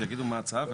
שיגידו מה ההצעה.